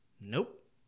Nope